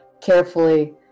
carefully